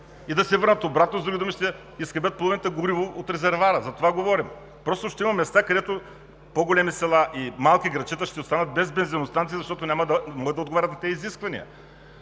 и да се върнат обратно. С други думи, ще изхабят половината гориво от резервоара, за това говорим. Просто ще има места – по големи села и малки градчета, които ще останат без бензиностанции, защото няма да могат да отговарят на тези изисквания.